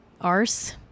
arse